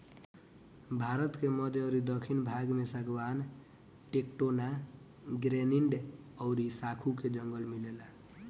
भारत के मध्य अउरी दखिन भाग में सागवान, टेक्टोना, ग्रैनीड अउरी साखू के जंगल मिलेला